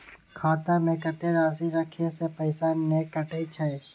खाता में कत्ते राशि रखे से पैसा ने कटै छै?